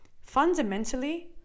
Fundamentally